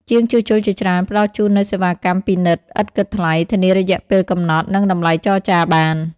ជាងជួសជុលជាច្រើនផ្តល់ជូននូវសេវាកម្មពិនិត្យឥតគិតថ្លៃ ធានារយៈពេលកំណត់ និងតម្លៃចរចាបាន។